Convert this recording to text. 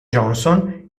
johnson